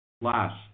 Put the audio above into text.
Last